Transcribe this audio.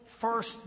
first